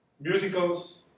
Musicals